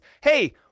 hey